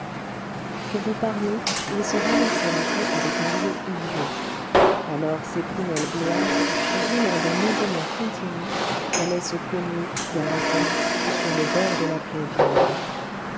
pour vous parier il se renversait la tête avec un rire idiot alors ses prunelles bleuâtres roulant d'un mouvement continu allaient se cogner vers les tempes sur le bord de la plaie vive